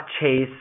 chase